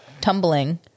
tumbling